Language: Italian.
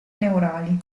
neurali